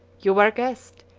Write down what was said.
you were a guest,